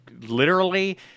Literally-